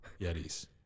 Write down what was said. Yetis